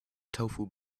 tofu